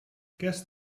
guess